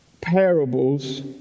parables